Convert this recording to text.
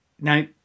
now